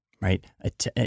right